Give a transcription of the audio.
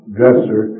dresser